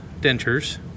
dentures